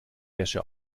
wäsche